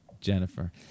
Jennifer